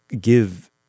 give